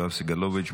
יואב סגלוביץ',